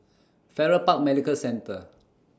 Farrer Park Medical Centre